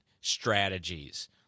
strategies